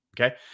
Okay